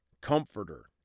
Comforter